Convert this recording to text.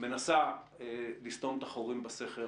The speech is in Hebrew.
מנסה לסתום את החורים בסכר